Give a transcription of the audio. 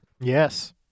Yes